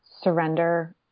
surrender